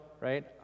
right